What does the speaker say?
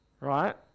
right